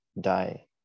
die